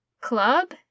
club